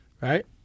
right